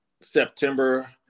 September